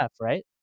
right